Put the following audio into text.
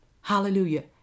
Hallelujah